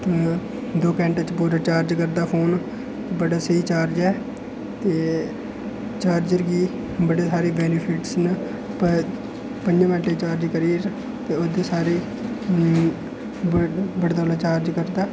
दो घैंटे च पूरा चार्ज करदा फोन बड़ा स्हेई चार्ज ऐ ते चार्जर गी बड़े सारे बेनिफिट्स न प पंजें मैंटें च चार्ज करी'र ते ओह्दे सारे बड़ी तौले चार्ज करदा